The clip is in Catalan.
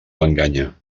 enganya